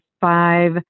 five